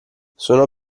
sono